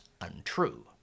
untrue